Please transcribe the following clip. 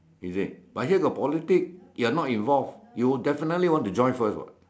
is it but here got politics but you're not involved you definitely want to join first what